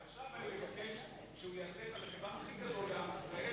עכשיו אני מבקש שיעשה את המחווה הכי גדולה לעם ישראל,